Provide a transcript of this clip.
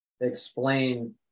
explain